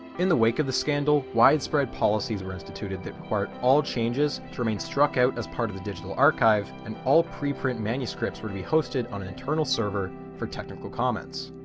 in the wake of the scandal widespread policies were instituted that required all changes to remain struck out as part of the digital archive and all pre-print manuscripts were to be hosted on an internal server for technical comments.